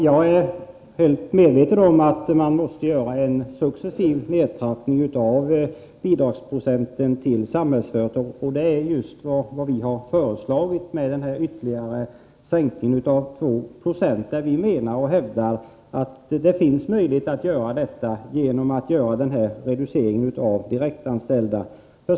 Herr talman! Jag är medveten om att man måste göra en successiv nedtrappning av bidragsprocenten när det gäller Samhällsföretag. Vi har också föreslagit en ytterligare sänkning med 2 procentenheter. Vi hävdar att det finns möjlighet härtill genom en reducering av antalet direktanställda.